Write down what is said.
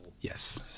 yes